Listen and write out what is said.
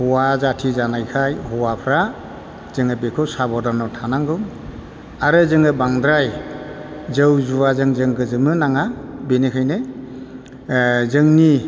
हौवा जाति जानायखाय हौवाफोरा जोङो बेखौ साबदानाव थानांगौ आरो जोङो बांद्राय जौ जुवाजों जों गोजोमनो नाङा बेनिखायनो जोंनि